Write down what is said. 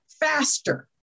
faster